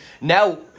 now